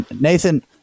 nathan